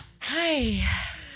Hi